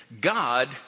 God